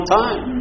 time